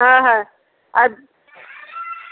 হ্যাঁ হ্যাঁ আর